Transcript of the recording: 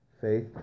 Faith